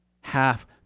half